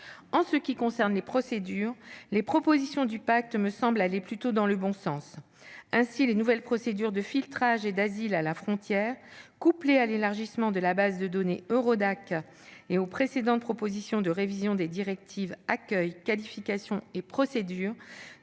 En ce qui concerne les procédures, les propositions du pacte me semblent aller plutôt dans le bon sens. Ainsi, les nouvelles procédures de filtrage et d'asile à la frontière, couplées à l'élargissement de la base de données Eurodac et aux précédentes propositions de révision des directives Accueil, Qualification et Procédures,